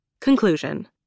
Conclusion